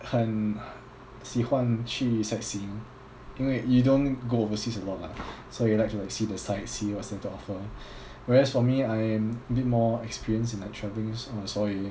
很喜欢去 sightsee 因为 you don't go overseas a lot lah so you like to like see the sights see what's there to offer whereas for me I am bit more experienced in like travelling uh 所以